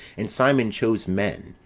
and simon chose men,